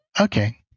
Okay